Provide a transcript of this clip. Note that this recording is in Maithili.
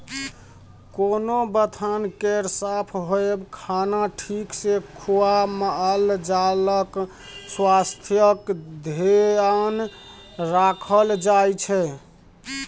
कोनो बथान केर साफ होएब, खाना ठीक सँ खुआ मालजालक स्वास्थ्यक धेआन राखल जाइ छै